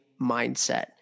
mindset